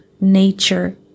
nature